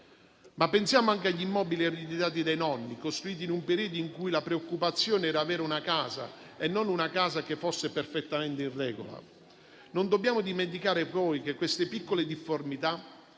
Pensiamo anche agli immobili ereditati dai nonni e costruiti in un periodo in cui la preoccupazione era avere una casa e non una casa che fosse perfettamente in regola. Non dobbiamo dimenticare, poi, che queste piccole difformità